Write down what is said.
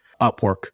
Upwork